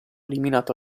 eliminato